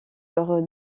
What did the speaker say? leur